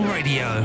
Radio